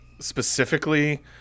specifically